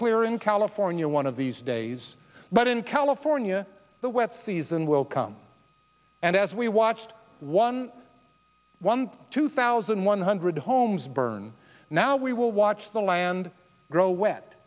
clear in california one of these days but in california the wet season will come and as we watched one one two thousand one hundred homes burn now we will watch the land grow wet